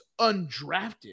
undrafted